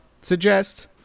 suggest